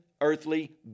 earthly